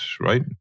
right